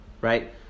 right